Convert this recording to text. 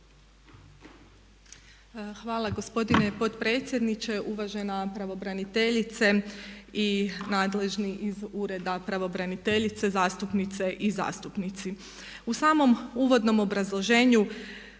Hvala gospodine potpredsjedniče. Uvažena pravobraniteljice i nadležni iz ureda pravobraniteljice, zastupnice i zastupnici u samom uvodnom obrazloženju